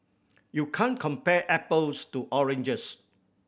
you can't compare apples to oranges